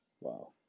Wow